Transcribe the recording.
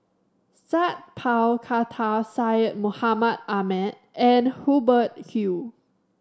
Sat Pal Khattar Syed Mohamed Ahmed and Hubert Hill